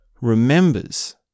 remembers